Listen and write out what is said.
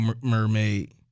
mermaid